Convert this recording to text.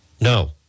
No